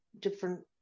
different